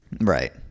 Right